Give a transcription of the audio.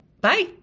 Bye